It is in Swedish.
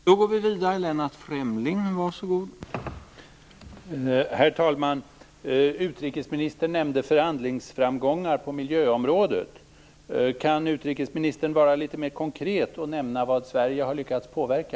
Herr talman! Utrikesministern talade om förhandlingsframgångar på miljöområdet. Kan utrikesministern litet mera konkret nämna vad Sverige har lyckats påverka?